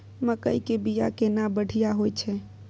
मकई के बीया केना बढ़िया होय छै?